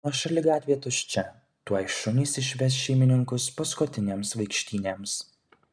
nuošali gatvė tuščia tuoj šunys išves šeimininkus paskutinėms vaikštynėms